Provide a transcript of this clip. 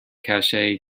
cache